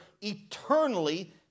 eternally